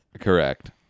Correct